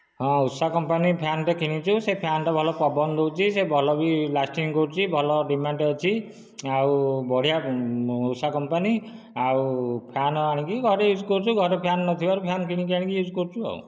ହଁ ଉଷା କମ୍ପାନୀ ଫ୍ୟାନ୍ଟେ କିଣିଛୁ ସେ ଫ୍ୟାନ୍ଟା ଭଲ ପବନ ଦେଉଛି ସେ ଭଲ ବି ଲାଷ୍ଟିଙ୍ଗ କରୁଛି ଭଲ ଡିମାଣ୍ଡ ଅଛି ଆଉ ବଢ଼ିଆ ଉଷା କମ୍ପାନୀ ଆଉ ଫ୍ୟାନ ଆଣିକି ଘରେ ୟୁଜ କରୁଛୁ ଘରେ ଫ୍ୟାନ ନଥିବାରୁ ଫ୍ୟାନ କିଣିକି ଆଣି ୟୁଜ କରୁଛୁ ଆଉ